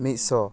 ᱢᱤᱫᱥᱚ